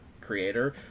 creator